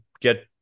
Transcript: get